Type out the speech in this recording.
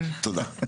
תודה.